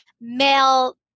male